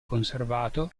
conservato